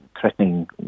threatening